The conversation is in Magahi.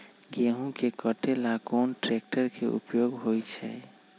गेंहू के कटे ला कोंन ट्रेक्टर के उपयोग होइ छई?